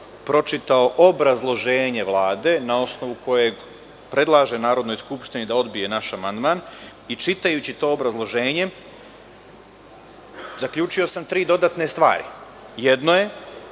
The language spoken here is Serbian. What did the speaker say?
pročitao obrazloženje Vlade na osnovu kojeg predlaže Narodnoj skupštini da odbije naš amandman i čitajući to obrazloženje zaključio sam tri dodatne stvari. Jedno je,